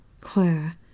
Claire